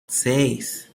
seis